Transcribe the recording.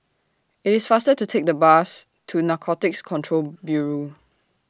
IT IS faster to Take The Bus to Narcotics Control Bureau